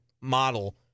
model